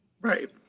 Right